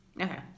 Okay